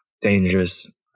dangerous